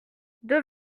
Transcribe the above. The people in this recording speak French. deux